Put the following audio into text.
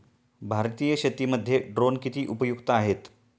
भारतीय शेतीमध्ये ड्रोन किती उपयुक्त आहेत?